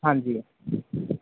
ਹਾਂਜੀ